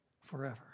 forever